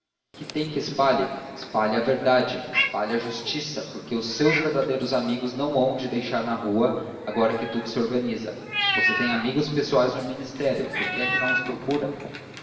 que tem que espalhe espalha a verdade espalha a justiça porque os seus verdadeiros amigos não o hão de deixar na rua agora que tudo se organiza você tem amigos pessoais no ministério por que é que os não procura